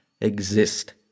exist